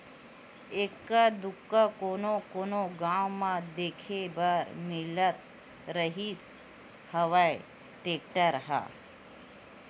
एक्का दूक्का कोनो कोनो गाँव म देखे बर मिलत रिहिस हवय टेक्टर ह